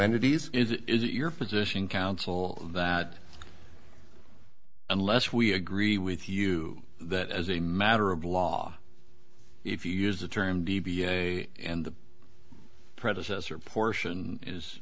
entities is it your position counsel that unless we agree with you that as a matter of law if you use the term d b a and the predecessor portion is